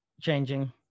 changing